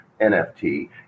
NFT